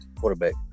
quarterback